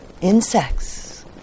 insects